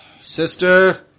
Sister